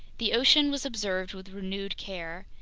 the ocean was observed with renewed care.